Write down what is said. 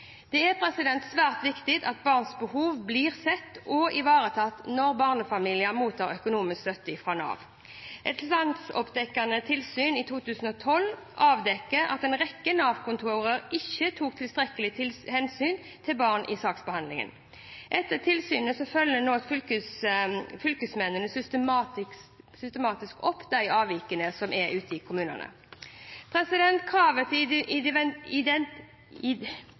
Det er svært viktig at barns behov blir sett og ivaretatt når barnefamilier mottar økonomisk støtte fra Nav. Et landsomfattende tilsyn i 2012 avdekket at en rekke Nav-kontor ikke tok tilstrekkelig hensyn til barn i saksbehandlingen. Etter tilsynet følger nå fylkesmennene systematisk opp de avvikene som er ute i kommunene. Kravet til individuelle vurderinger og forvaltningens plikt til å etterspørre og kartlegge barns behov er vektlagt i rundskrivet til lov om sosiale tjenester i